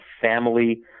family